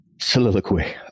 soliloquy